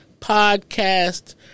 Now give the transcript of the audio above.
podcast